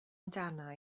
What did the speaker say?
amdana